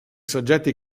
soggetti